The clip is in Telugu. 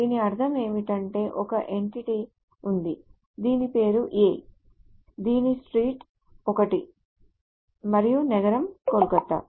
దీని అర్థం ఏమిటంటే ఒక ఎంటిటీ ఉంది దీని పేరు A దీని street 1 street మరియు నగరం కోల్కతా